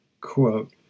Quote